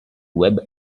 web